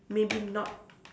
maybe not